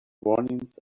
warnings